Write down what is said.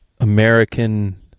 American